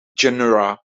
genera